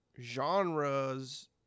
genres